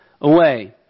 away